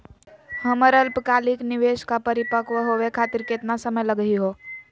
हमर अल्पकालिक निवेस क परिपक्व होवे खातिर केतना समय लगही हो?